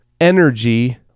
energy